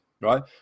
right